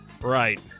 right